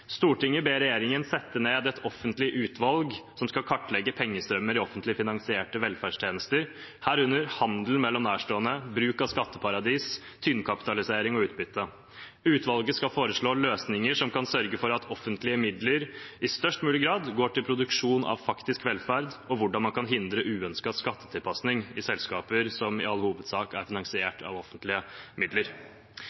Stortinget i dag slutter opp om dette forslaget: «Stortinget ber regjeringen sette ned et offentlig utvalg som skal kartlegge pengestrømmer i offentlig finansierte velferdstjenester», og ikke minst «foreslå løsninger som kan sørge for at offentlige midler i størst mulig grad går til produksjon av faktisk velferd». Dette forslaget har vært fremmet før uten å bli vedtatt. Nå slutter hele Stortinget seg til forslaget, og